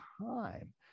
time